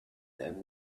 them